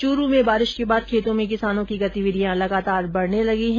चूरू में बारिश के बाद खेतों में किसानों की गतिविधियां लगातार बढने लगी हैं